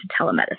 telemedicine